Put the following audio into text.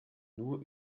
nur